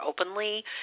openly